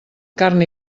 carn